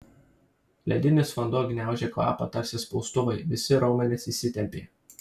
ledinis vanduo gniaužė kvapą tarsi spaustuvai visi raumenys įsitempė